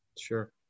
Sure